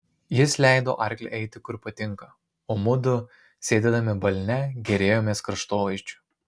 jis leido arkliui eiti kur patinka o mudu sėdėdami balne gėrėjomės kraštovaizdžiu